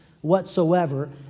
whatsoever